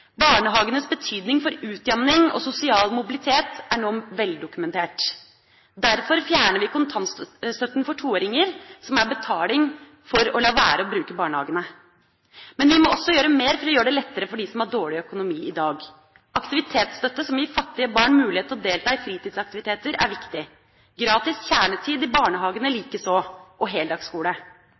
Barnehagenes betydning for utjamning og sosial mobilitet er nå veldokumentert. Derfor fjerner vi kontantstøtten for toåringer, som er betaling for å la være å bruke barnehagene. Men vi må også gjøre mer for å gjøre det lettere for dem som har dårlig økonomi i dag. Aktivitetsstøtte som gir fattige barn mulighet til å delta i fritidsaktiviteter, er viktig, gratis kjernetid i barnehagene likeså – og heldagsskole.